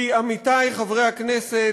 כי, עמיתי חברי הכנסת,